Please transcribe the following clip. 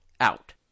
out